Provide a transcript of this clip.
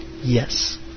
Yes